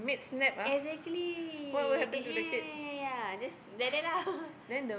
exactly that ya ya ya ya ya just like that lah